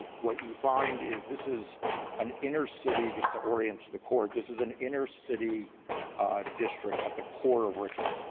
what you find is this is an inner city just to orient to the court, this is an inner city district at the core of richmond.